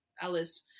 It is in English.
alice